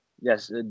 Yes